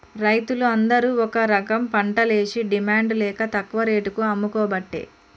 రైతులు అందరు ఒక రకంపంటలేషి డిమాండ్ లేక తక్కువ రేటుకు అమ్ముకోబట్టే